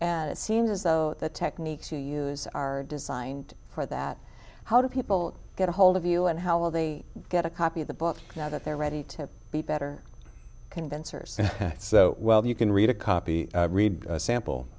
and it seems as though the techniques you use are designed for that how do people get ahold of you and how will they get a copy of the book now that they're ready to be better condensers so well you can read a copy read a sample